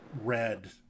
red